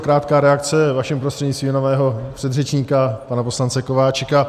Krátká reakce vaším prostřednictvím na mého předřečníka pana poslance Kováčika.